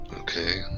Okay